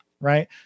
right